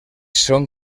són